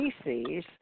species